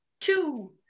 Two